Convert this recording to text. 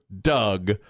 Doug